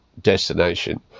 destination